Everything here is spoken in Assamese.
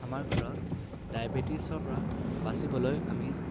আমাৰ ঘৰত ডায়বেটিছৰ পৰা বাচিবলৈ আমি